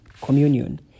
communion